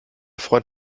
freund